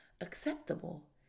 Acceptable